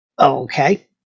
okay